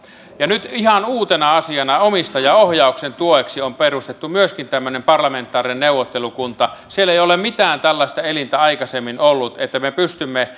ja nyt ihan uutena asiana myöskin omistajaohjauksen tueksi on perustettu tämmöinen parlamentaarinen neuvottelukunta siellä ei ole mitään tällaista elintä aikaisemmin ollut että me pystymme